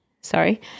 sorry